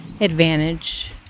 advantage